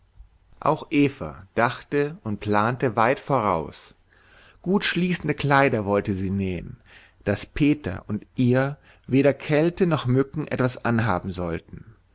auch eva dachte und plante weit voraus gut schließende kleider wollte sie nähen daß peter und ihr weder kälte noch mücken etwas anhaben sollten